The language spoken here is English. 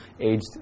aged